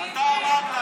ווליד,